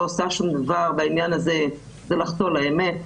עושה שום דבר בעניין הזה זה לחטוא לאמת.